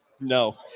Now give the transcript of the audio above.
no